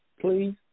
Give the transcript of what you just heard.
Please